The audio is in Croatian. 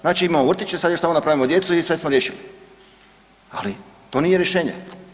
Znači imamo vrtiće sad još samo napravimo djecu i sve smo riješili, ali to nije rješenje.